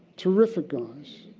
terrific guys.